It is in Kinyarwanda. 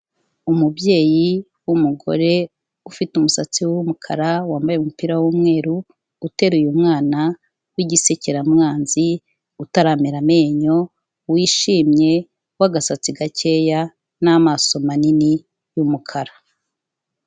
Umubyeyi w'umugore ufite umusatsi w'umukara wambaye umupira w'umweru, uteruye umwana w'igisekeramwanzi utaramera amenyo, wishimye w'agasatsi gakeya n'amaso manini y'umukara.